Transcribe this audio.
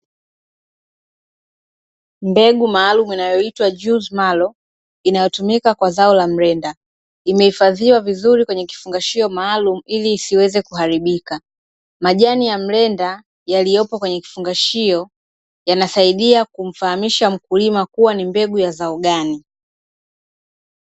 Mbegu maalumu inayoitwa "Jews Mallow", inayotumika kwa zao la mlenda, imehifadhiwa vizuri kwenye kifungashio maalumu ili isiweze kuharibika. Majani ya mlenda yaliyopo kwenye kifungashio yanasaidia kumfahamisha mkulima kuwa ni mbegu ya zao gani.